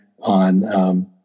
on